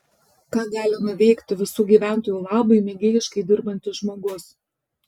ką gali nuveikti visų gyventojų labui mėgėjiškai dirbantis žmogus